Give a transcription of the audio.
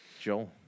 Joel